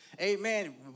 Amen